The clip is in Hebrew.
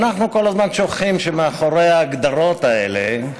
אנחנו כל הזמן שוכחים שמאחורי ההגדרות האלה,